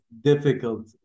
difficult